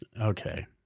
Okay